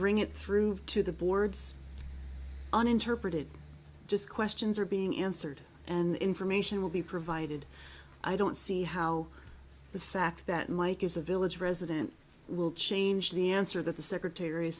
bring it through to the boards on interpreted just questions are being answered and information will be provided i don't see how the fact that mike is a village resident will change the answer that the secretary of